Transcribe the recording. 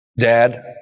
dad